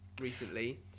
recently